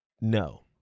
no